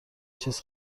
چیز